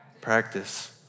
Practice